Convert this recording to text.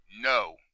No